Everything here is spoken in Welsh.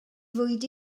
fwyd